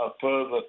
further